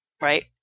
right